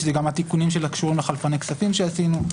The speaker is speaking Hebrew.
שזה גם התיקונים הקשורים לחלפני כספים שעשינו.